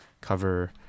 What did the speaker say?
cover